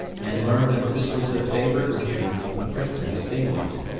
and learned that this was the favourite retreat of the princess daylight.